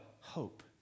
Hope